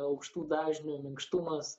aukštų dažnių minkštumas